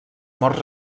morts